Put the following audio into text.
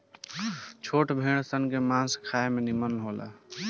छोट भेड़ सन के मांस खाए में निमन होला